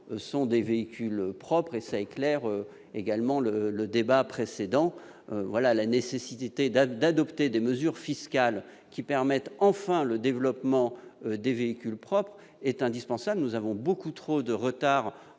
sont des véhicules propres. Ce chiffre éclaire également le débat précédent, et étaye la nécessité d'adopter des mesures fiscales permettant enfin le développement des véhicules propres. Nous avons beaucoup trop de retard